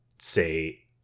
say